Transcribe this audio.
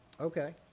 Okay